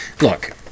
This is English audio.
look